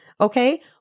okay